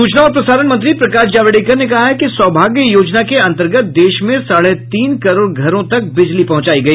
सूचना और प्रसारण मंत्री प्रकाश जावड़ेकर ने कहा है कि सौभाग्य योजना के अन्तर्गत देश में साढ़े तीन करोड़ घरों तक बिजली पहुंचाई गई